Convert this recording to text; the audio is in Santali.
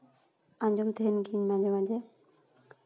ᱟᱸᱡᱚᱢ ᱛᱟᱦᱮᱱ ᱜᱮ ᱢᱟᱡᱷᱮ ᱢᱟᱡᱷᱮ